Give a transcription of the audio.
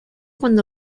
cuando